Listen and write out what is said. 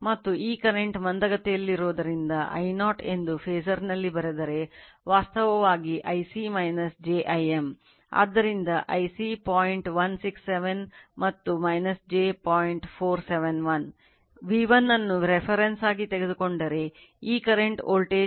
ಮತ್ತು ಈ ಕರೆಂಟ್ ಮಂದಗತಿಯಲ್ಲಿರುವುದರಿಂದ I0 ಎಂದು ಫಾಸರ್ ನಲ್ಲಿ ಬರೆದರೆ ವಾಸ್ತವವಾಗಿ Ic j I m